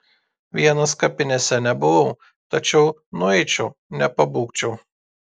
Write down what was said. vienas kapinėse nebuvau tačiau nueičiau nepabūgčiau